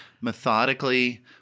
methodically